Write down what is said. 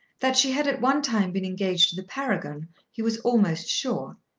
that she had at one time been engaged to the paragon he was almost sure.